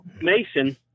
Mason